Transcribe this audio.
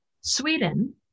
Sweden